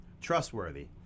Trustworthy